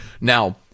Now